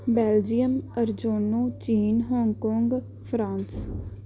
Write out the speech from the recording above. Belgium ਅਰਜੋਨੋ ਚੀਨ Hong Kong France